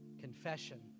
confession